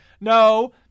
No